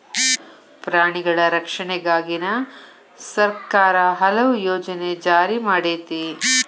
ಪ್ರಾಣಿಗಳ ರಕ್ಷಣೆಗಾಗಿನ ಸರ್ಕಾರಾ ಹಲವು ಯೋಜನೆ ಜಾರಿ ಮಾಡೆತಿ